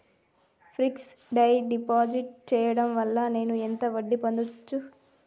Fix డ్ deposit చేయటం వల్ల నేను ఎంత వడ్డీ పొందచ్చు?